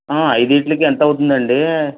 ఐదింటికి ఎంత అవుతుంది అండి